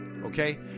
okay